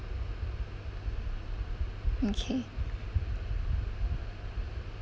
okay